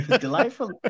Delightful